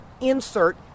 insert